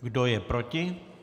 Kdo je proti?